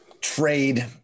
trade